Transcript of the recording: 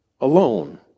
alone